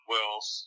Wills